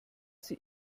sie